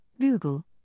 Google